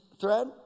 thread